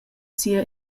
sia